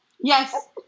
Yes